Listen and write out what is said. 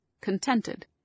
contented